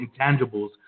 intangibles